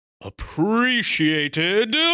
appreciated